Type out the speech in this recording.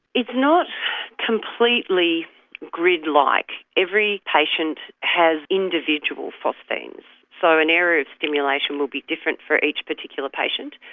it's not completely grid-like. every patient has individual phosphines. so an area of stimulation will be different for each particular patient,